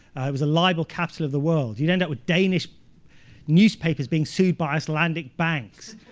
it was the libel capital of the world. you'd end up with danish newspapers being sued by icelandic banks.